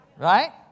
Right